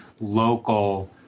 local